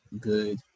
good